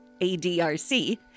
ADRC